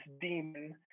demon